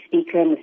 speaker